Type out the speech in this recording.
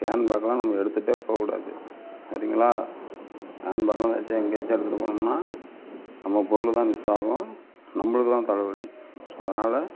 ஹேண்ட்பேக்லாம் நம்ம எடுத்துகிட்டே போகக்கூடாது சரிங்களா ஹேண்ட்பேக்கில் வச்சு எங்கையாச்சும் எடுத்துகிட்டு போனோம்னால் நம்ம பொருள்தான் மிஸ் ஆகும் நம்மளுக்குதான் தலைவலி ஸோ அதனால்